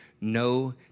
no